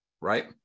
right